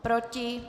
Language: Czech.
Proti?